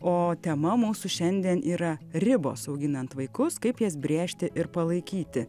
o tema mūsų šiandien yra ribos auginant vaikus kaip jas brėžti ir palaikyti